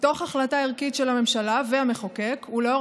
מתוך החלטה ערכית של הממשלה והמחוקק ולאור